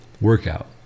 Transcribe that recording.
workout